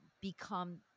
become